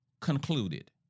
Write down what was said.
concluded